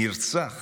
נרצח